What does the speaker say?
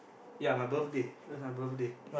ya my birthday it was my birthday